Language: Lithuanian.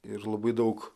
ir labai daug